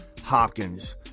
Hopkins